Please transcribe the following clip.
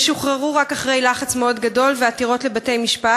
והם שוחררו רק אחרי לחץ מאוד גדול ועתירות לבתי-משפט,